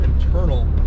internal